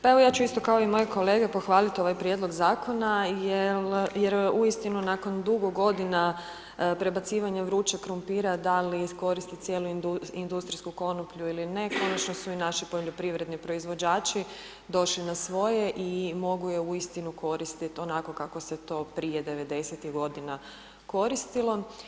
Pa evo ja ću isto kao i moje kolege pohvaliti ovaj prijedlog Zakona jer uistinu nakon dugo godina prebacivanje vrućeg krumpira da li iskoristiti cijelu industrijsku konoplju ili ne, konačno su i naši poljoprivredni proizvođači došli na svoje i mogu je uistinu koristit onako kako se to prije 90.-tih godina koristilo.